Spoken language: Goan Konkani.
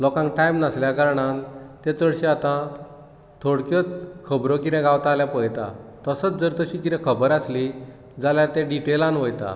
लोकांक टायम नासल्या कारणान तें चडशें आतां थोडक्योच खबरो कितें गावता जाल्यार पळयता तसोच जर तशी कितें खबर आसली जाल्यार ते डिटेलांत वयता